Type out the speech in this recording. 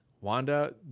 Wanda